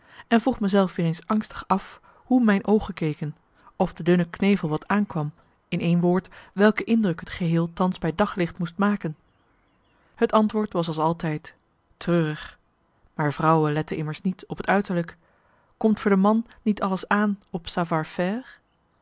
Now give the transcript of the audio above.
en vroeg me zelf weer eens angstig af hoe mijn oogen keken of de dunne knevel wat aankwam in één woord welke indruk het geheel thans bij daglicht moest maken het antwoord was als altijd treurig maar vrouwen letten immers niet op het uiterlijk komt voor de man niet alles aan op